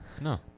No